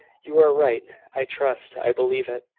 you are right, i trust i believe it.